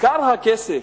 עיקר הכסף,